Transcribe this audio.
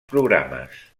programes